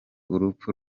urupfu